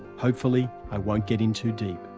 hopefully, i won't get in too deep.